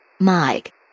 Mike